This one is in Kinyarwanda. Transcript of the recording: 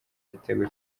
gitego